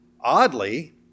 Oddly